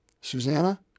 Susanna